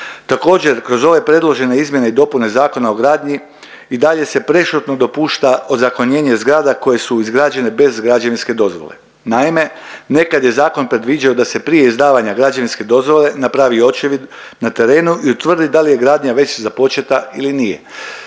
Također, kroz ove predložene izmjene i dopune Zakona o gradnji i dalje se prešutno dopušta ozakonjenje zgrada koje su izgrađene bez građevinske dozvole. Naime, nekad je zakon predviđao da se prije izdavanja građevinske dozvole napravi očevid na terenu i utvrdi da li je gradnja već započeta ili nije.